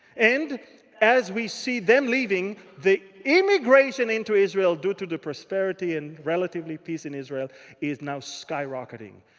and as we see them leaving, the immigration into israel due to the prosperity and relatively peace in israel is now skyrocketing.